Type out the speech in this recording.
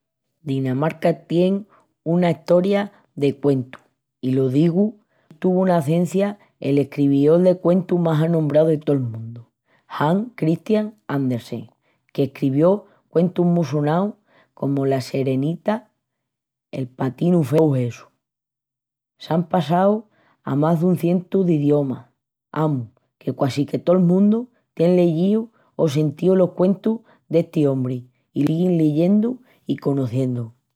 Dinamarca tien una Estoria de cuentu i lo digu porque pallí tuvu nacencia l'escreviol de cuentus más anombrau de tol mundu, Hans Christian Andersen, qu'escrevió cuentus mu sonaus comu La Serenina, El patinu feu i tous essus. S'án passau a más dun cientu d'idiomas. Amus, que quasi que to'l mundu tien leyíu o sentíu los cuentus d'esti ombri i los críus los siguin leyendu i conociendu.